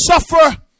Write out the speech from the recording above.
suffer